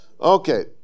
okay